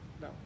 No